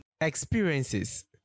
experiences